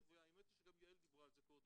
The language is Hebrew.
והאמת היא שגם יעל דיברה על זה קודם.